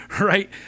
right